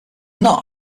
not